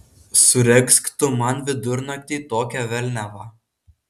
suregzk tu man vidurnaktį tokią velniavą